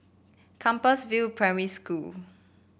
Compassvale Primary School